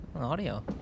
audio